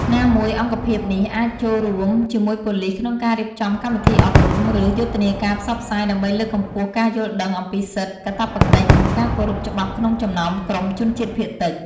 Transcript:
ណាមួយអង្គភាពនេះអាចចូលរួមជាមួយប៉ូលិសក្នុងការរៀបចំកម្មវិធីអប់រំ ឬយុទ្ធនាការផ្សព្វផ្សាយ ដើម្បីលើកកម្ពស់ការយល់ដឹងអំពីសិទ្ធិ កាតព្វកិច្ច និងការគោរពច្បាប់ក្នុងចំណោមក្រុមជនជាតិភាគតិច។